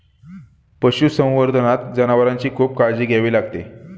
पशुसंवर्धनात जनावरांची खूप काळजी घ्यावी लागते